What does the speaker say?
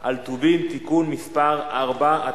על טובין (תיקון מס' 4),